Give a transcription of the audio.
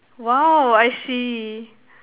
!wow! I see